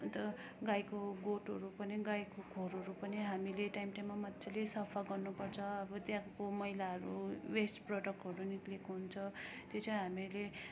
अन्त गाईको गोठहरू पनि गाईको खोरहरू पनि हामीले टाइम टाइममा मजाले सफा गर्नुपर्छ अब त्यहाँको मैलाहरू वेस्ट प्रडक्टहरू निक्लिएको हुन्छ त्यो चाहिँ हामीले